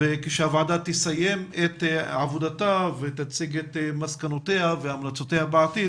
וכשהוועדה תסיים את עבודתה ותציג את מסקנותיה והמלצותיה בעתיד,